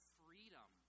freedom